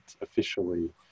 officially